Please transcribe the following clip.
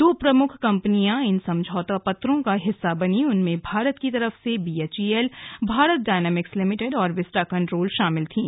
जो प्रमुख कंपनियां इन समझौता पत्रों का हिस्सा बनी उनमें भारत की तरफ से बीएचईएल भारत डायनामिक्स लिमिटेड और विस्टा कंट्रोल शामिल थीं